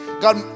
God